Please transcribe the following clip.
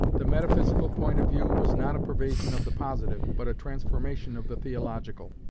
the metaphysical point of view was not a perversion of the positive, but a transformation of the theological.